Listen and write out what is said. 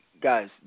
guys